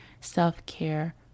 self-care